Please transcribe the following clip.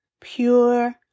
pure